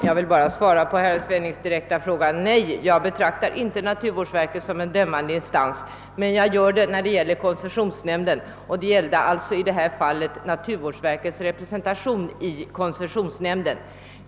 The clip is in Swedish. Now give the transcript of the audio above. Herr talman! På herr Svennings direkta fråga vill jag svara: Nej, jag betraktar inte naturvårdsverket men väl koncessionsnämnden som en dömande instans — och i detta fall gäller det ju naturvårdsverkets representation i koncessionsnämnden.